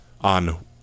on